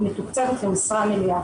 יש מעלות ויש חסרונות בדבר הזה כפי ששמענו.